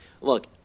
Look